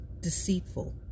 deceitful